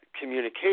communication